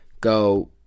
go